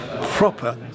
proper